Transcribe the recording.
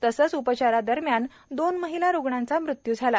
तसेच उपचारादरम्यान दोन महिला रुग्णांनाचा मृत्यू झाला